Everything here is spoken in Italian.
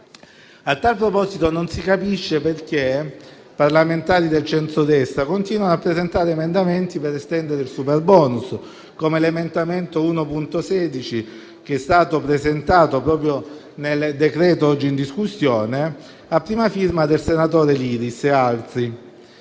A tal proposito non si capisce perché parlamentari del centrodestra continuino a presentare emendamenti per estendere il superbonus, come l'emendamento 1.16 presentato al decreto-legge oggi in discussione, a prima firma del senatore Liris, che